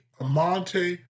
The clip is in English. Amante